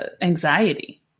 anxiety